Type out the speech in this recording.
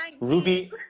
ruby